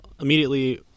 immediately